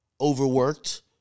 overworked